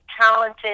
talented